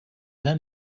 then